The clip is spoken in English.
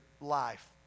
life